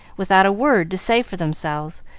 without a word to say for themselves,